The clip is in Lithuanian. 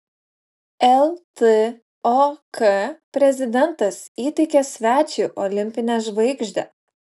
ltok prezidentas įteikė svečiui olimpinę žvaigždę